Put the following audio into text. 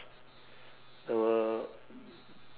the world